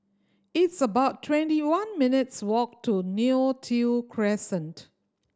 it's about twenty one minutes' walk to Neo Tiew Crescent